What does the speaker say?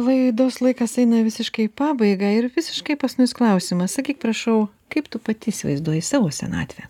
laidos laikas eina visiškai į pabaigą ir visiškai paskutinis klausimas sakyk prašau kaip tu pati įsivaizduoji savo senatvę